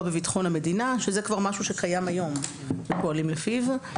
בביטחון המדינה;" שזה כבר משהו שקיים היום ופועלים לפיו.